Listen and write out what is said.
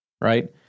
right